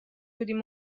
بودیم